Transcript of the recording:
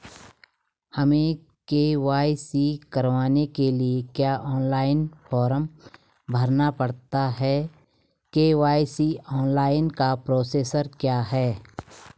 हमें के.वाई.सी कराने के लिए क्या ऑनलाइन फॉर्म भरना पड़ता है के.वाई.सी ऑनलाइन का प्रोसेस क्या है?